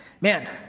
man